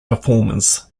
performers